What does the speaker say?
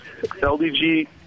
LDG